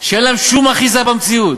שאין להן שום אחיזה במציאות,